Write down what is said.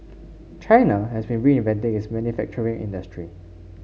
China has been reinventing its manufacturing industry